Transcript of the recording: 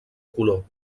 color